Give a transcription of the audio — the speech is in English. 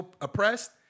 oppressed